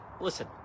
Listen